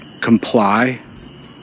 comply